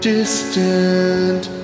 Distant